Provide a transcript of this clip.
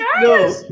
No